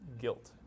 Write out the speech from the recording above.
guilt